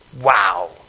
Wow